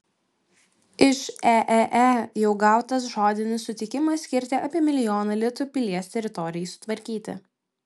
iš eee jau gautas žodinis sutikimas skirti apie milijoną litų pilies teritorijai sutvarkyti